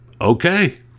okay